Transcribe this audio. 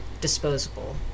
disposable